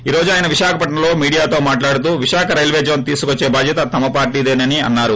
ఈ రోజు ఆయన విశాఖపట్పం లో మీడియాతో మాట్లాడుతూ విశాఖ రైల్వేజోన్ తీసుకొచ్చే బాధ్యత తమ పార్టీ దేనని అన్నారు